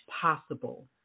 possible